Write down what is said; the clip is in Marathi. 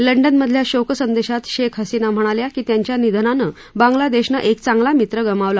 लंडनमधील शोक संदेशात शेख हसीना म्हणाल्या की त्यांच्या निधनांनं बांग्लादेशनं एक चांगला मित्र गमावला